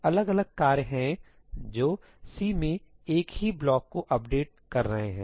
अलग अलग कार्य हैं जो C में एक ही ब्लॉक को अपडेट कर रहे हैं